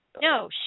No